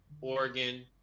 Oregon